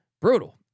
Brutal